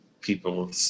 people